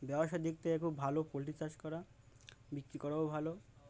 ব্যবসা দেখতে খুব ভালো পোলট্রি চাষ করা বিক্রি করাও ভালো